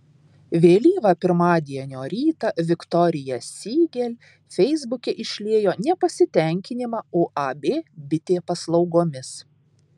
vėlyvą pirmadienio rytą viktorija siegel feisbuke išliejo nepasitenkinimą uab bitė paslaugomis